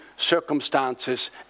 circumstances